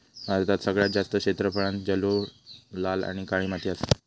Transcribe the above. भारतात सगळ्यात जास्त क्षेत्रफळांत जलोळ, लाल आणि काळी माती असा